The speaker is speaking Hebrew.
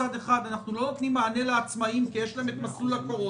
מצד אחד: אנחנו לא נותנים מענה לעצמאים כי יש להם את מסלול הקורונה,